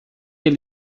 ele